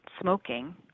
smoking